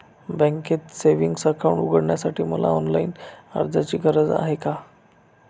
बँकेत savings account उघडण्यासाठी मला ऑनलाईन अर्जाची गरज आहे का?